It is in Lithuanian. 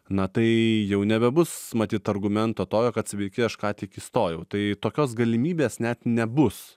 na tai jau nebebus matyt argumento tojo kad sveiki aš ką tik įstojau tai tokios galimybės net nebus